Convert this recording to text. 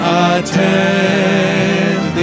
attend